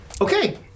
okay